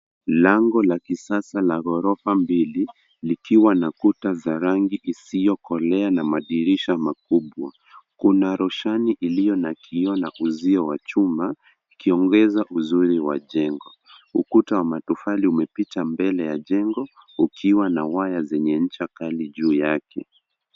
Lango la kisasa la gorofa mbili likiwa na kuta za rangi hiziokolea na madirisha makubwa, kuna roshani ilio na kioo na usio wa chuma ikiongeza uzuri wa jengo, ukuta wa matofali umepita mbele ya jengo ukiwa na waya zenye ncha kali juu yake.